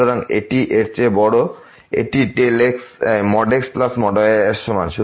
সুতরাং এটি এর চেয়ে বড় এটি xy এর সমান